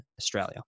Australia